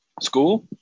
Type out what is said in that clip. School